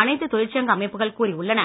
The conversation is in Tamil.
அனைத்து தொழிற்சங்க அமைப்புகள் கூறி உள்ளன